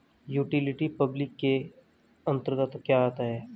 Utility public के अंतर्गत क्या आता है?